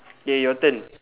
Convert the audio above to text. ya your turn